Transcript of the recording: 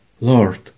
Lord